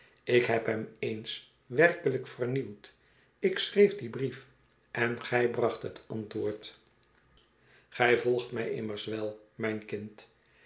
ik heb hem eens werkelijk vernieuwd ik schreef dien brief en gij bracht het antwoord gij volgt mij immers wel mijn kind